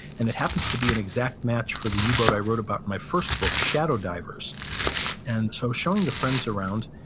and it happens to be an exact match for the u-boat i wrote about in my first book shadow divers and so showing the friends around,